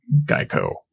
Geico